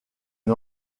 une